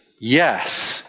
yes